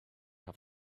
have